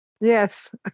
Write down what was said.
Yes